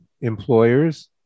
employers